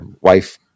wife